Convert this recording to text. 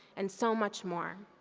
and so much more,